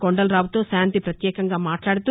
కొండలరావుతో శాంతి ప్రత్యేకంగా మాట్లాడుతూ